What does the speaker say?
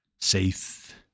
safe